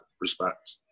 respect